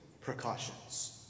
precautions